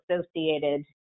associated